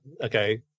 okay